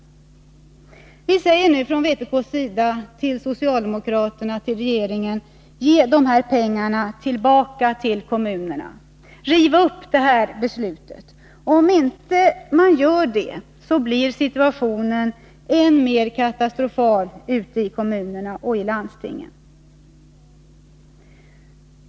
Från vpk:s sida säger vi nu till den socialdemokratiska regeringen: Ge dessa pengar tillbaka till kommunerna! Riv upp det här beslutet! Om inte detta sker, blir situationen än mer katastrofal för kommuner och landsting.